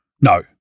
no